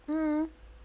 mm